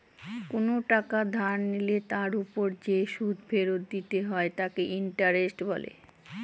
কোন টাকা ধার নিলে তার ওপর যে সুদ ফেরত দিতে হয় তাকে ইন্টারেস্ট বলে